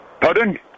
Pardon